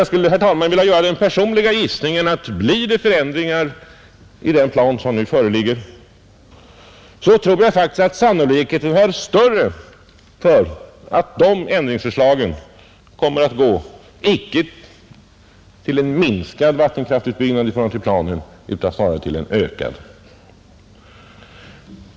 Jag skulle, herr talman, vilja göra den personliga gissningen att blir det förändringar i den plan som nu föreligger, tror jag faktiskt att sannolikheten är störst för att de ändringsförslagen kommer att gå, inte mot en minskad vattenkraftutbyggnad i förhållande till planen utan snarare mot en ökad.